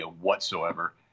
whatsoever